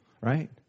right